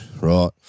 right